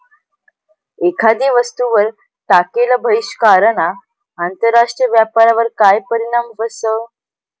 एखादी वस्तूवर टाकेल बहिष्कारना आंतरराष्ट्रीय व्यापारवर काय परीणाम व्हस?